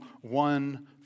one